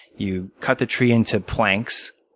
you cut the tree into planks,